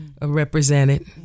represented